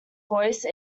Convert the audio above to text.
voice